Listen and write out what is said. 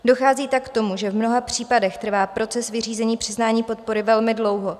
Dochází tak k tomu, že v mnoha případech trvá proces vyřízení přiznání podpory velmi dlouho.